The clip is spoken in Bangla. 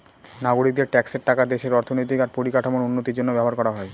নাগরিকদের ট্যাক্সের টাকা দেশের অর্থনৈতিক আর পরিকাঠামোর উন্নতির জন্য ব্যবহার করা হয়